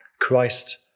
Christ